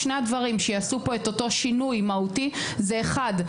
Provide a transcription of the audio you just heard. שני הדברים שיעשו פה את אותו שינוי מהותי זה אחד,